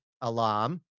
alarm